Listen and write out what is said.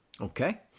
Okay